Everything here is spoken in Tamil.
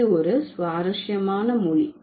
இது ஒரு சுவாரசியமான மொழி